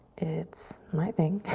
it's my thing.